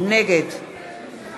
נגד